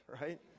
right